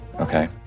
Okay